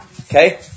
Okay